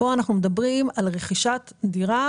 שכאן אנחנו מדברים על רכישת דירה